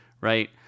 right